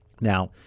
Now